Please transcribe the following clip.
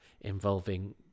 involving